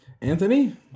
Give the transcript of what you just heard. Anthony